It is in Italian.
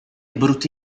brutti